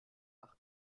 macht